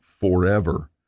forever